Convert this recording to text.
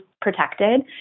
protected